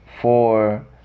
Four